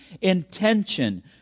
intention